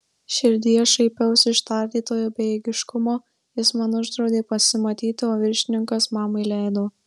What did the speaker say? širdyje šaipiausi iš tardytojo bejėgiškumo jis man uždraudė pasimatyti o viršininkas mamai leido